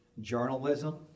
journalism